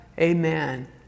Amen